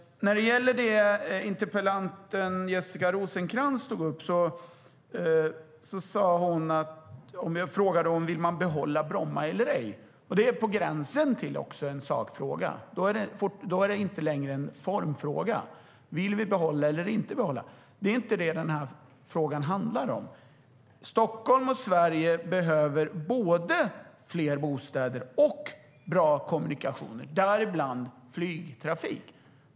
Interpellanten Jessica Rosencrantz frågade om man vill behålla Bromma eller ej. Det är på gränsen till en sakfråga. Då är det inte längre en formfråga. Vill vi behålla eller inte behålla? Det är inte det som den här frågan handlar om. Stockholm och Sverige behöver både fler bostäder och bra kommunikationer, däribland flygtrafik.